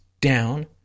down